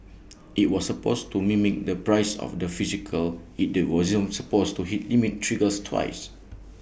IT was supposed to mimic the price of the physical IT wasn't supposed to hit limit triggers twice